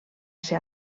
ser